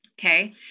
okay